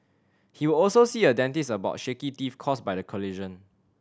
he will also see a dentist about shaky teeth caused by the collision